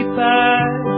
back